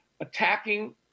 attacking